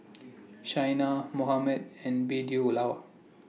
Shaina Mohammed and